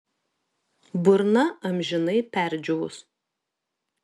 burna amžinai perdžiūvus